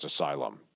asylum